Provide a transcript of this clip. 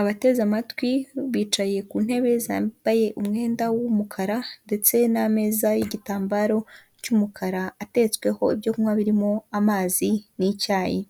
abateze amatwi bicaye ku ntebe zambaye umwenda w'umukara ndetse n'ameza y'igitambaro cy'umukara ateretsweho ibyo kunywa birimo amazi n'icyayi.